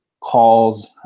calls